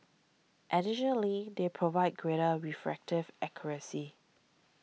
additionally they provide greater refractive accuracy